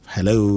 Hello